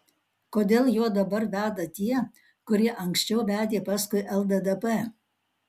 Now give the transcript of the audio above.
kodėl juo dabar veda tie kurie anksčiau vedė paskui lddp